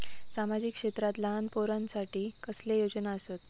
सामाजिक क्षेत्रांत लहान पोरानसाठी कसले योजना आसत?